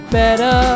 better